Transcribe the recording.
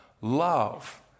love